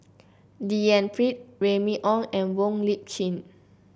D N Pritt Remy Ong and Wong Lip Chin